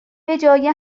بجای